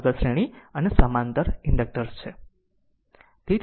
આગળ શ્રેણી અને સમાંતર ઇન્ડક્ટર્સ છે